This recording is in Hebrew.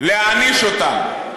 להעניש אותם.